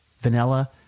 Vanilla